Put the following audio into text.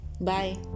bye